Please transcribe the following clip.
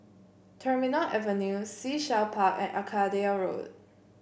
Terminal Avenue Sea Shell Park and Arcadia Road